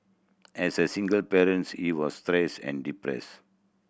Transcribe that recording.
as a single parents he was stressed and depressed